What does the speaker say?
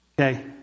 Okay